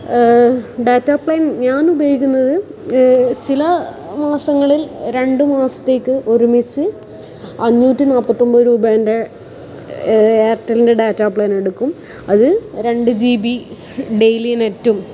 data plan ഞാൻ ഉപയോഗിക്കുന്നത് ചില മാസങ്ങളിൽ രണ്ട് മാസത്തേക്ക് ഒരുമിച്ച് അഞ്ഞൂറ്റി നാൽപത്തിയൊൻപത് രൂപെൻ്റെ എയർടെല്ലിൻ്റെ ഡാറ്റാ പ്ലാൻ എടുക്കും അത് രണ്ട് ജി ബി ഡെയിലി നെറ്റും